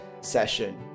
session